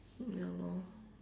ya lor